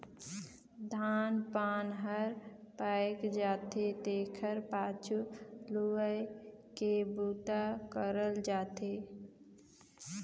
धान पान हर पायक जाथे तेखर पाछू लुवई के बूता करल जाथे